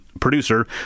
producer